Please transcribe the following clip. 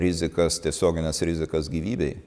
rizikas tiesiogines rizikas gyvybei